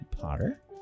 Potter